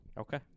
Okay